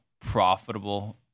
profitable